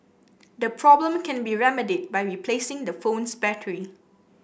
the problem can be remedied by replacing the phone's battery